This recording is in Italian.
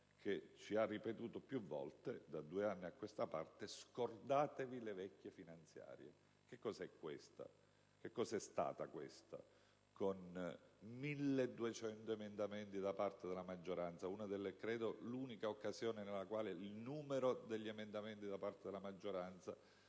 che ci ha ripetuto più volte, da due anni a questa parte, «scordatevi le vecchie finanziarie». Che cos'è questa ? Che cosa è stata questa, con 1.200 emendamenti da parte della maggioranza? L'unica occasione nella quale il numero degli emendamenti da parte della maggioranza,